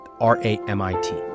R-A-M-I-T